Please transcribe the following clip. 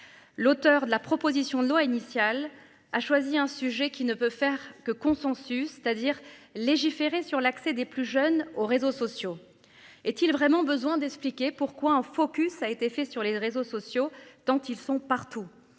L'auteur de la proposition de loi initial a choisi un sujet qui ne peut faire que consensus c'est-à-dire légiférer sur l'accès des plus jeunes aux réseaux sociaux est-il vraiment besoin d'expliquer pourquoi un focus a été fait sur les réseaux sociaux, tant ils sont partout.